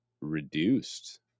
reduced